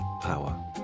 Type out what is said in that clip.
power